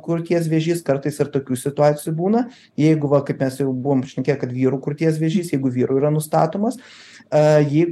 krūties vėžys kartais ir tokių situacijų būna jeigu va kaip mes jau ir buvom šnekėję kad vyrų krūties vėžys jeigu vyrui yra nustatomas